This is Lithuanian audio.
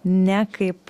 ne kaip